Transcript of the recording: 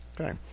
Okay